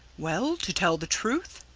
well, to tell the truth,